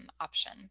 option